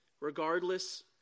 regardless